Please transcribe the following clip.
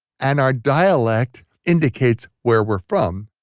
and our dialect indicates where we're from